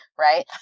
right